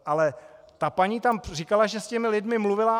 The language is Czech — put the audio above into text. Ale ta paní tam říkala, že s těmi lidmi mluvila.